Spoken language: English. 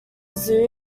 zoo